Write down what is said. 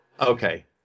okay